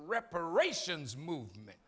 reparations movement